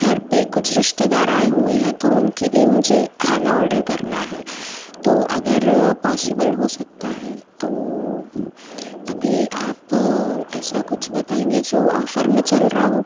घर पे कुछ रिश्तेदार आए हुएँ हैं तो उनके लिए मुझे खाना ऑर्डर करना है तो अगर पॉसिबल हो सकता है तो अभी आप ऐसा कुछ बताएंगे जो ऑफ़र में चल रा हो